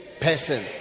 person